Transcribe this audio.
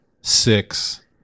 six